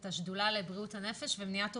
את השדולה לבריאות הנפש ומניעת אובדנות.